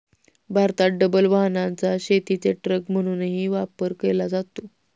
भारतात डबल वाहनाचा शेतीचे ट्रक म्हणूनही वापर केला जातो